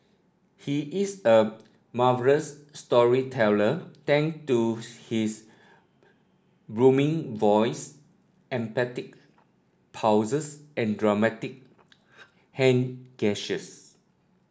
he is a marvellous storyteller thank to his booming voice emphatic pauses and dramatic hand gestures